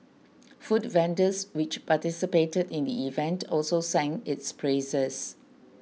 food vendors which participated in the event also sang its praises